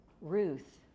Ruth